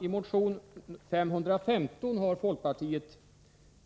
I motion 515 har folkpartiet